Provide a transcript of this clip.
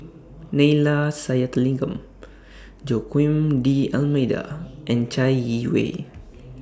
Neila Sathyalingam Joaquim D'almeida and Chai Yee Wei